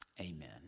Amen